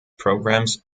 programs